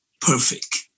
perfect